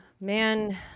man